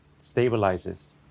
stabilizes